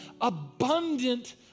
abundant